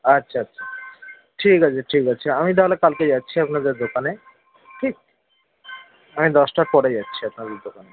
আচ্ছা আচ্ছা ঠিক আছে ঠিক আছে আমি তাহলে কালকে যাচ্ছি আপনাদের দোকানে ঠিক আমি দশটার পরে যাচ্ছি আপনাদের দোকানে